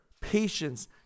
patience